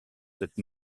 cette